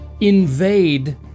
invade